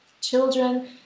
children